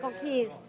Keys